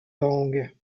langue